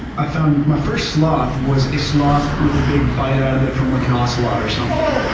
i found, my first sloth was a sloth with a big bite out of it from like an ocelot or something,